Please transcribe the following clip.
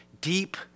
deep